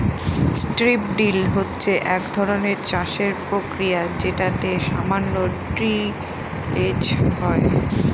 strip drill হচ্ছে এক ধরনের চাষের প্রক্রিয়া যেটাতে সামান্য টিলেজ হয়